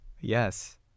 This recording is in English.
yes